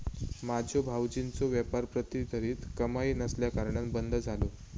माझ्यो भावजींचो व्यापार प्रतिधरीत कमाई नसल्याकारणान बंद झालो